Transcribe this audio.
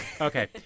Okay